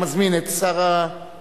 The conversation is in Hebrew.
אני מזמין את שר הבריאות,